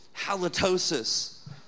halitosis